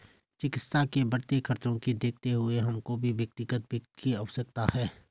चिकित्सा के बढ़ते खर्चों को देखते हुए हमको भी व्यक्तिगत वित्त की आवश्यकता है